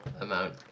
amount